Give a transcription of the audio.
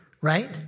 right